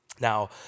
Now